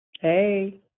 Hey